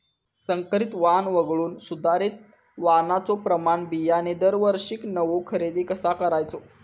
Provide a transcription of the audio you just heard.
संकरित वाण वगळुक सुधारित वाणाचो प्रमाण बियाणे दरवर्षीक नवो खरेदी कसा करायचो?